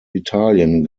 italien